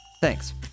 Thanks